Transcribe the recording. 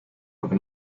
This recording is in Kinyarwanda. rugo